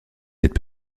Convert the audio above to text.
cette